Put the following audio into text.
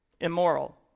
immoral